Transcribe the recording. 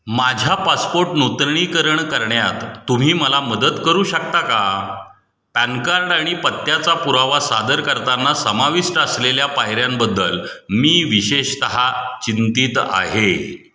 माझ्या पासपोट नूतनीकरण करण्यात तुम्ही मला मदत करू शकता का पॅन कार्ड आणि पत्त्याचा पुरावा सादर करताना समाविष्ट असलेल्या पायऱ्यांबद्दल मी विशेषतः चिंतित आहे